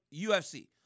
UFC